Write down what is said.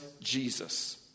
Jesus